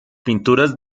pinturas